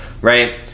right